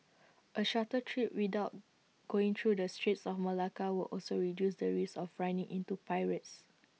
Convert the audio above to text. A shorter treat without going through the straits of Malacca would also reduce the risk of running into pirates